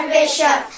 bishop